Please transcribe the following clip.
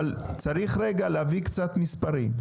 אבל צריך רגע להביא קצת מספרים.